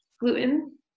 gluten